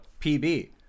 PB